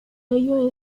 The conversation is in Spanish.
ello